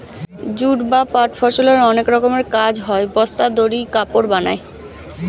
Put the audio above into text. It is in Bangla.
জুট বা পাট ফসলের অনেক রকমের কাজ হয়, বস্তা, দড়ি, কাপড় বানায়